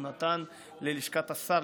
הוא נתן ללשכת השר,